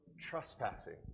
trespassing